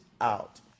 out